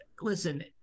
listen